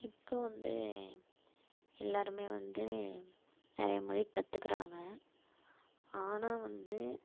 இப்போ வந்து எல்லோருமே வந்து நிறையா மொழி கற்றுக்குறாங்க ஆனால் வந்து